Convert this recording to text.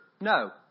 No